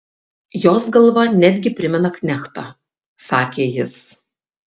jos galva netgi primena knechtą sakė jis